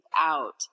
out